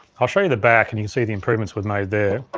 i'll show you the back and you can see the improvements we've made there.